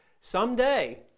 someday